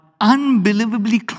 unbelievably